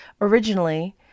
originally